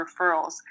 referrals